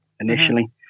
initially